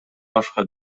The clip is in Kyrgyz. башка